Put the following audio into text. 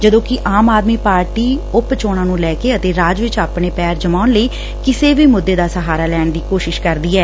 ਜਦੋਂ ਕਿ ਆਮ ਆਦਮੀ ਪਾਰਟੀ ਉਪ ਚੋਣਾਂ ਨੁੰ ਲੈ ਕੇ ਅਤੇ ਰਾਜ ਵਿਚ ਆਪਣੇ ਪੈਰ ਜਮਾਉਣ ਲਈ ਕਿਸੇ ਵੀ ਮੁੱਦੇ ਦਾ ਸਹਾਰਾ ਲੈਣ ਦੀ ਕੋਸ਼ਿਸ਼ ਕਰਦੀ ਐ